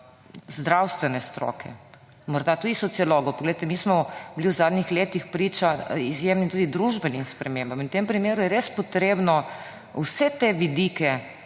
zdravstvene stroke, morda tudi sociologov. Poglejte, mi smo bili v zadnjih letih priča izjemnim, tudi družbenim, spremembam. In v tem primeru je res potrebno vse te vidike